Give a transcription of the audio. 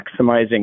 maximizing